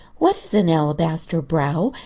what is an alabaster brow?